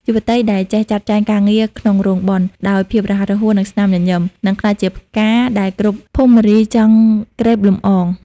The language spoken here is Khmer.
យុវតីដែលចេះ "ចាត់ចែងការងារក្នុងរោងបុណ្យ" ដោយភាពរហ័សរហួន និងស្នាមញញឹម នឹងក្លាយជាផ្កាដែលគ្រប់ភមរីចង់ក្រេបលំអង។